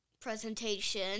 presentation